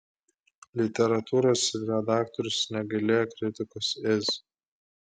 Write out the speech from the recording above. literatūros redaktorius negailėjo kritikos iz